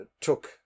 took